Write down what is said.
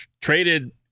traded